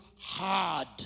Hard